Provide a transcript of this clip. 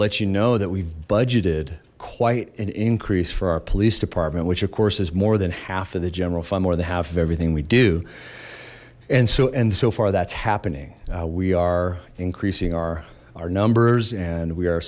let you know that we've budgeted quite an increase for our police department which of course is more than half of the general fund more than half of everything we do and so and so far that's happening we are increasing our our numbers and we are